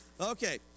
Okay